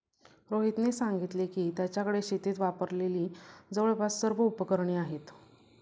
रोहितने सांगितले की, त्याच्याकडे शेतीत वापरलेली जवळपास सर्व उपकरणे आहेत